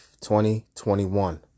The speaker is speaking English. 2021